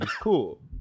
cool